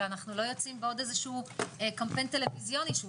ולא יוצאים בעוד קמפיין טלוויזיוני או